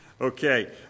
Okay